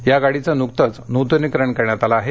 या गाडीचं नूकतंच नूतनीकरण करण्यात आलं आहे